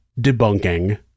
debunking